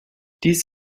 dies